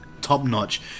top-notch